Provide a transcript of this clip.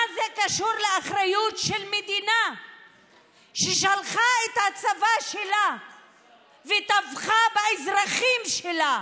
מה קשורה האחריות של מדינה ששלחה את הצבא שלה וטבחה באזרחים שלה